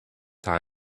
same